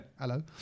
Hello